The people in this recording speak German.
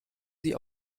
sie